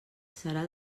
serà